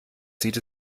sieht